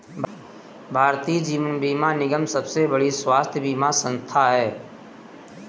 भारतीय जीवन बीमा निगम सबसे बड़ी स्वास्थ्य बीमा संथा है